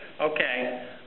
Okay